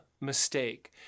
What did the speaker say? mistake